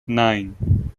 nine